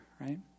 right